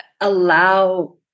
allow